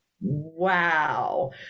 wow